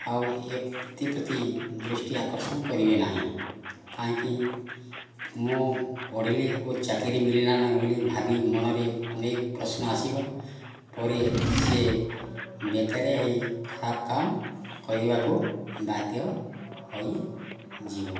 ଆଉ ଏଥିପ୍ରତି ଦୃଷ୍ଟି ଆକର୍ଷଣ କରିବେ ନାହିଁ କାହିଁକି ମୁଁ ପଢ଼ିଲି ଓ ଚାକିରି ମିଳିଲାନାହିଁ ବୋଲି ଭାବି ମନରେ ଅନେକ ପ୍ରଶ୍ନ ଆସିବ ପରେ ସେ ବେକାରିଆ ହୋଇ ଖରାପ କାମ କରିବାକୁ ବାଧ୍ୟ ହୋଇଯିବ